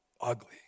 ugly